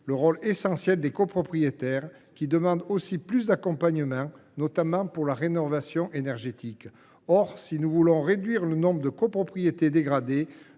le rôle essentiel des copropriétaires, qui demandent, eux aussi, plus d’accompagnement, notamment pour la rénovation énergétique. Or, si nous voulons réduire le nombre de copropriétés dégradées,